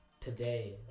today